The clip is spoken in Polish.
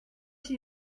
się